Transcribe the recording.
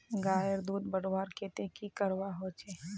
गायेर दूध बढ़वार केते की करवा सकोहो ही?